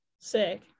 Sick